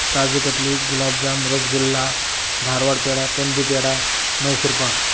काजूकतली gulab jam rasgulla Dharwad peda kandi peda Mysore pak